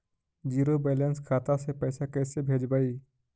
Zero balance खाता से पैसा कैसे भेजबइ?